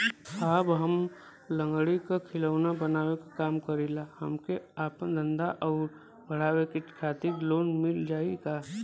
साहब हम लंगड़ी क खिलौना बनावे क काम करी ला हमके आपन धंधा अउर बढ़ावे के खातिर लोन मिल जाई का?